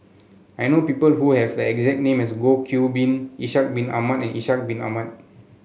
I know people who have the exact name as Goh Qiu Bin Ishak Bin Ahmad and Ishak Bin Ahmad